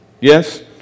yes